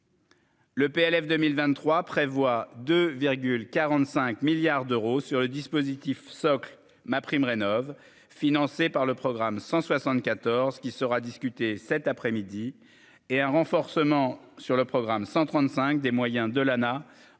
Le PLF 2023 prévoit de 45 milliards d'euros sur le dispositif MaPrimeRénov'financé par le programme 174 qui sera discuté cet après-midi et un renforcement sur le programme 135 des moyens de Lana